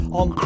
on